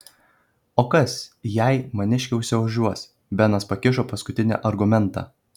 o kas jei maniškė užsiožiuos benas pakišo paskutinį argumentą